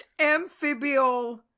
amphibial